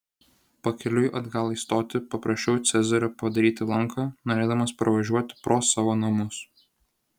pakeliui atgal į stotį paprašiau cezario padaryti lanką norėdamas pravažiuoti pro savo namus